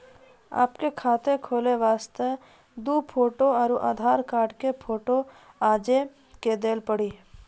आपके खाते खोले वास्ते दु फोटो और आधार कार्ड के फोटो आजे के देल पड़ी?